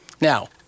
Now